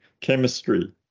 Chemistry